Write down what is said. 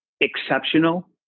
exceptional